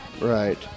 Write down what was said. Right